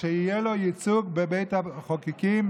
יהיה ייצוג בבית המחוקקים,